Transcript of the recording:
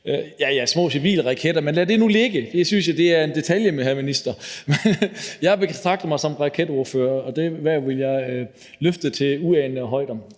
det er små civile raketter, men lad nu det ligge, for det synes jeg er en detalje, hr. minister. Jeg betragter mig som raketordfører, og det hverv vil jeg løfte til uanede højder.